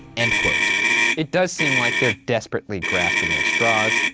and it does seem like they're desparately grasping at straws.